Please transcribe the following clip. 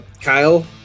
kyle